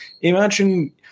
Imagine